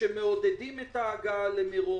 שמעודדים את ההגעה למירון,